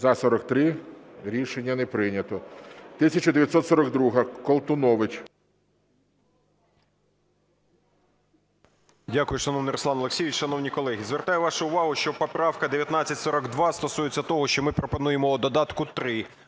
За-43 Рішення не прийнято. 1942, Колтунович.